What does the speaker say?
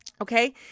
Okay